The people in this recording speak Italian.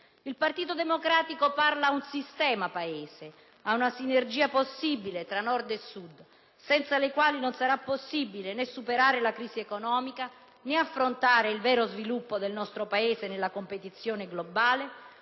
Il Partito Democratico parla a un sistema Paese, ad una sinergia possibile tra Nord e Sud, senza la quale non sarà possibile né superare la crisi economica, né affrontare il vero sviluppo del Paese nella competizione globale,